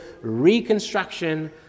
reconstruction